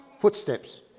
footsteps